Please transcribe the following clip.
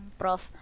prof